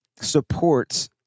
supports